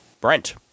Brent